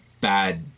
bad